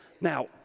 Now